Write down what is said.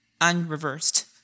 unreversed